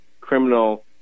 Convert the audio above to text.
criminal